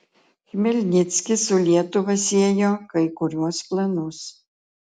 chmelnickis su lietuva siejo kai kuriuos planus